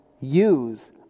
use